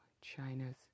China's